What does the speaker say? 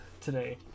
today